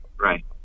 Right